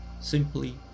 simply